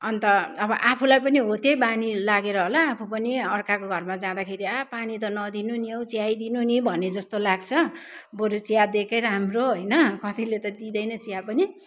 अन्त अब आफूलाई पनि हो त्यही बानी लागेर होला आफू पनि अर्काको घरमा जाँदाखेरि आ पानी त नदिनु नि हौ चिया दिनु नि भने जस्तो लाग्छ बरु चिया दिएकै राम्रो होइन कतिले दिँदैन चिया पनि